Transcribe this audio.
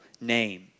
name